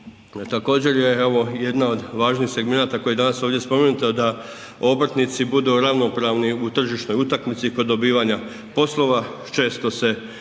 Također, evo, jedna od važnih segmenata koja je danas ovdje spomenuta da obrtnici budu ravnopravni u tržišnoj utakmici kod dobivanja poslova, često se kroz